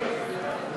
לסעיף 15, משרד